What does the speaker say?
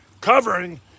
covering